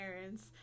parents